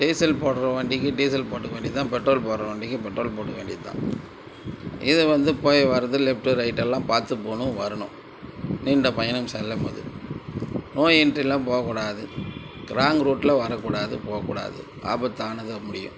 diesel போடுற வண்டிக்கு diesel போட்டுக்க வேண்டியது தான் பெட்ரோல் போடுற வண்டிக்கு பெட்ரோல் போட்டுக்க வேண்டியது தான் இது வந்து போய் வரது லெஃப்ட் ரைட்டெல்லாம் பார்த்து போகணும் வரணும் நீண்டப் பயணம் செல்லம்போது நோ என்ட்ரில்லாம் போக்கூடாது ராங் ரூட்டில வரக்கூடாது போகக்கூடாது ஆபத்தானதாக முடியும்